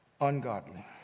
ungodly